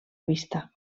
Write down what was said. vista